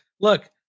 Look